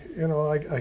you know, i,